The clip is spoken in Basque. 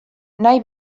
nahi